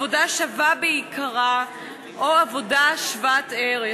עבודה שווה בעיקרה או עבודה שוות-ערך.